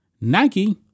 Nike